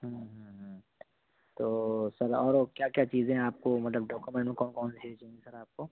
تو سر اور وہ کیا کیا چیزیں آپ کو مطلب ڈاکومینٹ میں کون کون سی چاہیے سر آپ کو